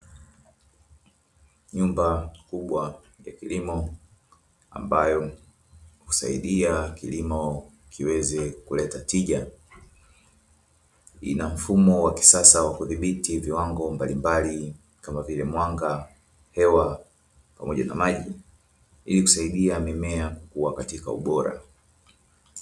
Nyumba kubwa ya kilimo ambayo husaidia kilimo kiweze kuleta tija ina mfumo wa kisasa wa kudhibiti viwango mbalimbali kama vile mwanga hewa pamoja na maji ili kusaidia mimea kuwa katika ubora